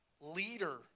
leader